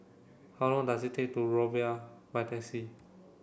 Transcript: how long does it take to Rumbia by taxi